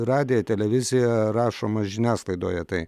radiją televiziją rašoma žiniasklaidoje tai